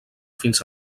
fins